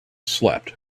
slept